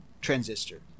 Transistor